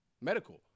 medical